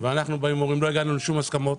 ואנחנו באים ואומרים שלא הגענו לשום הסכמות